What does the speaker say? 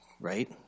right